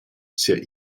sia